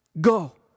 Go